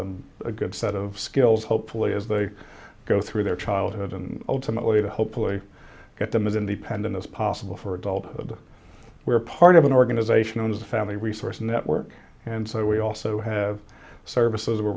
them a good set of skills hopefully as they go through their childhood and ultimately to hopefully get them and independent as possible for adulthood where part of an organization known as the family resource network and so we also have services where